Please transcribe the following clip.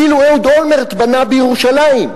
אפילו אהוד אולמרט בנה בירושלים.